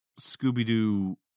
Scooby-Doo